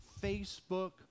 Facebook